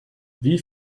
wie